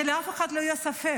שלאף אחד לא יהיה ספק.